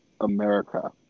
America